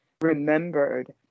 remembered